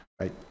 right